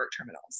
terminals